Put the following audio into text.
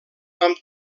amb